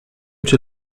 czy